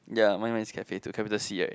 ya mine is cafe too capital C right